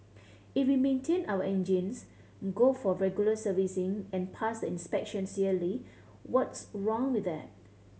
if we maintain our engines go for regular servicing and pass the inspections yearly what's wrong with that